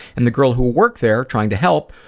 and the girl who worked there, trying to help,